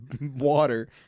water